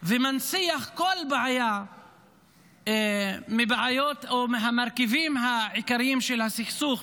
ומנציח כל בעיה מהבעיות או מהמרכיבים העיקריים של הסכסוך,